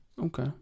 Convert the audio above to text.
Okay